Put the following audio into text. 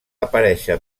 aparèixer